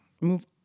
move